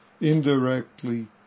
indirectly